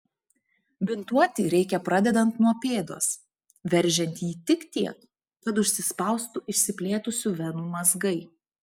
bintuoti reikia pradedant nuo pėdos veržiant jį tik tiek kad užsispaustų išsiplėtusių venų mazgai